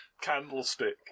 candlestick